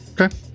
Okay